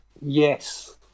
Yes